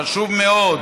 חשוב מאוד,